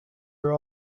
are